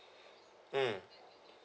mm